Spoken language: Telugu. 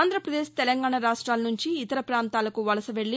ఆంధ్రప్రదేశ్ తెలంగాణ రాష్ట్లల నుంచి ఇతర ప్రాంతాలకు వలస వెళ్లి